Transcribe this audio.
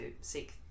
seek